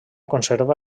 conserva